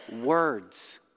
words